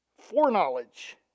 Foreknowledge